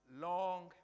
long